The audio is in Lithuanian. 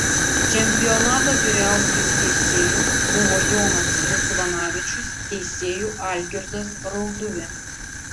čempionato vyriausiuoju teisėju buvo jonas ridzvanavičius teisėju algirdas rauduvė